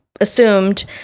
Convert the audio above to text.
assumed